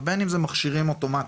ובין אם זה מכשירים אוטומטיים.